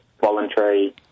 voluntary